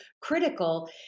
critical